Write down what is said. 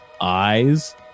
eyes